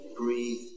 Breathe